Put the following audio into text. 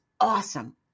awesome